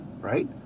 right